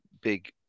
big